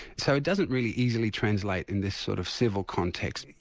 so it doesn't really easily translate in this sort of civil contest.